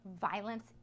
violence